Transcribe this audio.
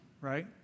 right